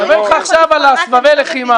אני מדבר אתך עכשיו על סבבי הלחימה.